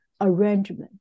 arrangement